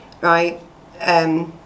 right